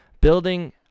building